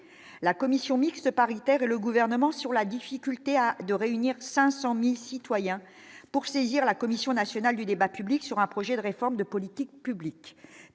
la commission mixte paritaire et le gouvernement sur la difficulté à de réunir 500000 citoyens pour saisir la commission nationale du débat public sur un projet de réforme de politique publique